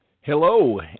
hello